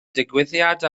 digwyddiad